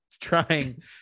trying